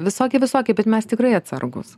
visokie visokie bet mes tikrai atsargūs